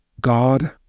God